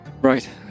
Right